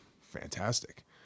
fantastic